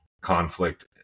conflict